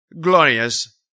glorious